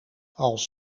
als